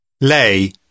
Lei